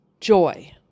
joy